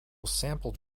sampled